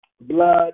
blood